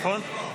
איך?